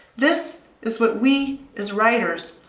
this is what we, as writers,